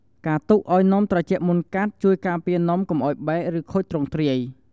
ការទុកឱ្យនំត្រជាក់មុនកាត់ ជួយការពារនំកុំឱ្យបែក ឬខូចទ្រង់ទ្រាយ។